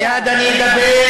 מייד אני אדבר.